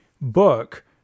book